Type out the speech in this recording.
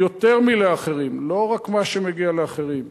יותר מלאחרים, לא רק מה שמגיע לאחרים.